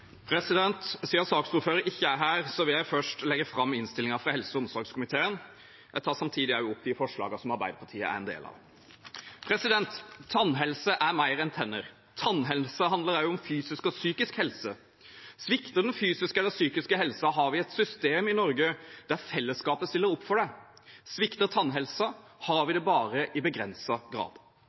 her, vil jeg først legge fram innstillingen fra helse- og omsorgskomiteen. Jeg tar samtidig også opp de forslagene som Arbeiderpartiet er en del av. Tannhelse er mer enn tenner. Tannhelse handler også om fysisk og psykisk helse. Svikter den fysiske eller psykiske helsen, har vi et system i Norge der fellesskapet stiller opp for en. Svikter tannhelsen, har vi det bare i begrenset grad.